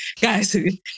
guys